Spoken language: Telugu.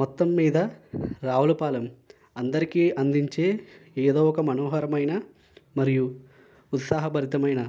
మొత్తం మీద రావులపాలెం అందరికీ అందించే ఏదో ఒక మనోహరమైన మరియు ఉత్సాహాభరతమైన